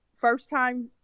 first-time